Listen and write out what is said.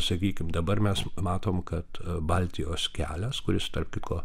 sakykim dabar mes matom kad baltijos kelias kuris tarp kitko